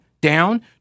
down